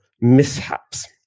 mishaps